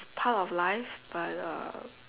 part of life but uh